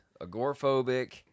agoraphobic